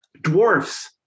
dwarfs